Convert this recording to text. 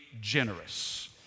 generous